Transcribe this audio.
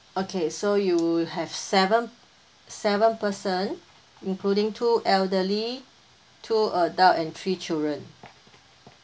okay so you have seven seven person including two elderly two adult and three children